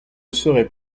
seraient